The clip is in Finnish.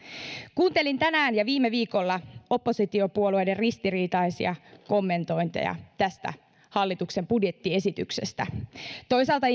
kuuntelin tänään ja viime viikolla oppositiopuolueiden ristiriitaisia kommentointeja tästä hallituksen budjettiesityksestä toisaalta